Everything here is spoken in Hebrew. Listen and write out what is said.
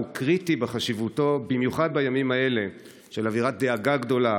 הוא קריטי בחשיבותו במיוחד בימים האלה של אווירת דאגה גדולה,